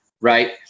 right